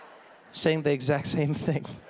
saying the exact same thing